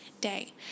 day